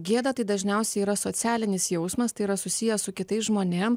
jo gėda tai dažniausiai yra socialinis jausmas tai yra susiję su kitais žmonėm